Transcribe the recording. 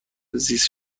زیست